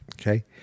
Okay